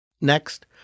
Next